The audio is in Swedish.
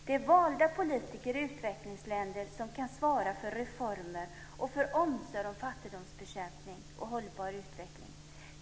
Det är valda politiker i utvecklingsländer som kan svara för reformer och för omsorg om fattigdomsbekämpning och hållbar utveckling.